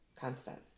Constant